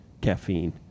caffeine